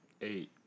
eight